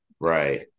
right